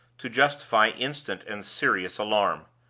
to justify instant and serious alarm.